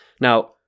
Now